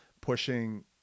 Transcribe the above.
pushing